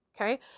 Okay